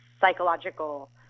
psychological